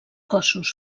cossos